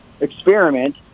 experiment